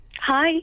Hi